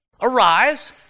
Arise